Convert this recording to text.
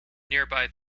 nearby